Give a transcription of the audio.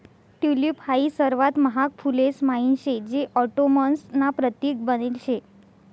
tulip हाई सर्वात महाग फुलेस म्हाईन शे जे ऑटोमन्स ना प्रतीक बनेल शे